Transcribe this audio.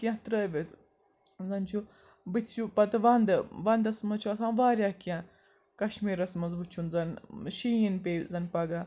کیٚنٛہہ ترٲوِتھ زَن چھُ بُتھہِ چھُ پَتہٕ وَندٕ وَندَس منٛز چھُ آسان واریاہ کیٚنٛہہ کَشمیٖرَس منٛز وُچھُن زَن شیٖن پیٚیہِ زَن پَگاہ